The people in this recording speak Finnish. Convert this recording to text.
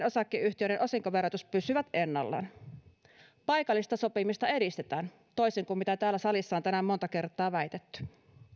osakeyhtiöiden osinkoverotus pysyvät ennallaan paikallista sopimista edistetään toisin kuin mitä täällä salissa on tänään monta kertaa väitetty